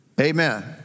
Amen